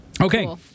okay